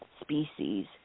species